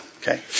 Okay